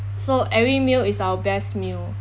so every meal is our best meal